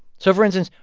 so, for instance,